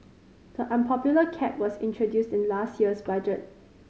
the unpopular cap was introduced in last year's budget